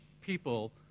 people